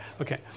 Okay